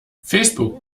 facebook